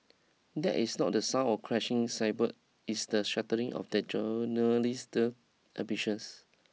that is not the sound of crashing it's the shattering of their journalistic ambitions